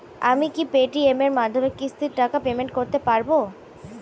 আমি কি Paytm এর মাধ্যমে কিস্তির টাকা পেমেন্ট করতে পারব?